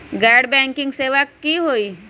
गैर बैंकिंग सेवा की होई?